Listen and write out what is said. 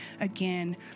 again